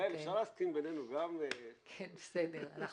זה משהו